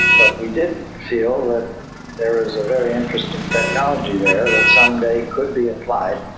but we did feel that there is very interesting technology there that someday could be applied.